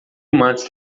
months